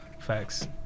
Facts